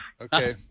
Okay